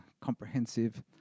comprehensive